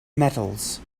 metals